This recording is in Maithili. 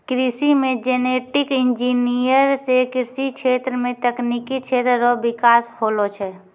कृषि मे जेनेटिक इंजीनियर से कृषि क्षेत्र मे तकनिकी क्षेत्र रो बिकास होलो छै